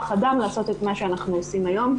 אדם לעשות את מה שאנחנו עושים היום,